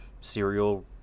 serial